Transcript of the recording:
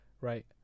right